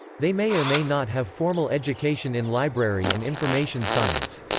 they may or may not have formal education in library and information science.